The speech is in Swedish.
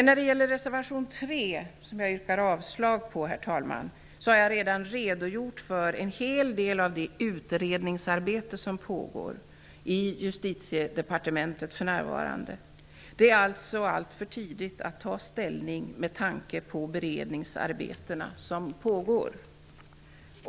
När det gäller reservation 3, som jag yrkar avslag på, har jag redan redogjort för en hel del av det utredningsarbete som för närvarande pågår i Justitiedepartementet. Det är alltså alltför tidigt att nu ta ställning med tanke på de beredningsarbeten som pågår.